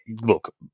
look